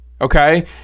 okay